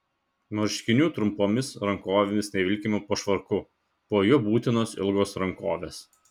marškinių trumpomis rankovėmis nevilkime po švarku po juo būtinos ilgos rankovės